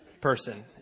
person